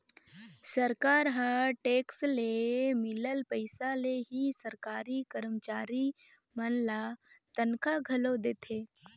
सरकार ह टेक्स ले मिलल पइसा ले ही सरकारी करमचारी मन ल तनखा घलो देथे